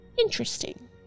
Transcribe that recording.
interesting